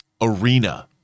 Arena